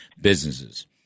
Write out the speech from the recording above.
businesses